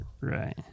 Right